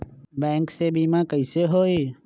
Bank से बिमा कईसे होई?